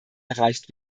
erreicht